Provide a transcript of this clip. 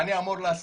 מה אני אמור לעשות?